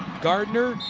gardner.